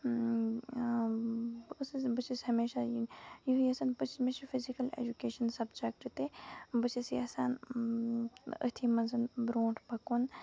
بہٕ ٲسٕس بہٕ چھَس ہمیشہ یُس زَن مےٚ چھُ فِزِکل ایجوکیشن سَبجیکٹ تہِ بہٕ چھَس یَژھان أتھی منٛز برونٹھ پَکُن